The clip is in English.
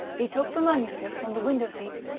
he took the manuscript from the window-seat,